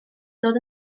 ddod